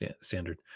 standard